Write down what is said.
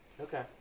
okay